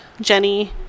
Jenny